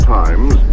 times